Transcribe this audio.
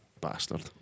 Bastard